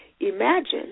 Imagine